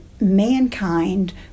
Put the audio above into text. mankind